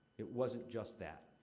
it wasn't just that.